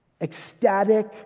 ecstatic